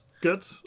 Good